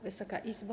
Wysoka Izbo!